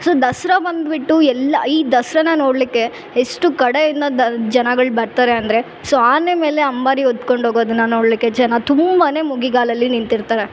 so Dasara ಬಂದ್ಬಿಟ್ಟು ಎಲ್ಲ ಈ ದಸರಾನಾ ನೋಡಲಿಕ್ಕೆ ಎಷ್ಟು ಕಡೆಯಿಂದ ದ್ ಜನಗಳು ಬರ್ತಾರೆ ಅಂದರೆ ಸೊ ಆನೆ ಮೇಲೆ ಅಂಬಾರಿ ಹೊತ್ಕೊಂಡು ಹೋಗೋದನ್ನ ನೋಡಲಿಕ್ಕೆ ಜನ ತುಂಬಾ ತುದಿಗಾಲಲ್ಲಿ ನಿಂತಿರ್ತಾರೆ